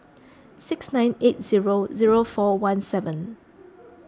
six nine eight zero zero four one seven